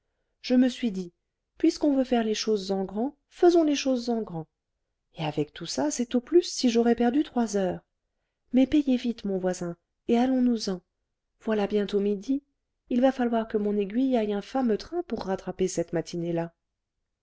je me suis dit puisqu'on veut faire les choses en grand faisons les choses en grand et avec tout ça c'est au plus si j'aurais perdu trois heures mais payez vite mon voisin et allons-nous-en voilà bientôt midi il va falloir que mon aiguille aille un fameux train pour rattraper cette matinée là